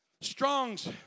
Strong's